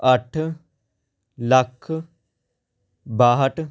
ਅੱਠ ਲੱਖ ਬਾਹਠ